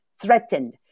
Threatened